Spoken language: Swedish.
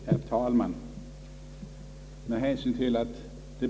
Herr talman! Med hänsyn till att de.